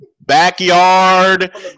backyard